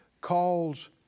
calls